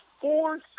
four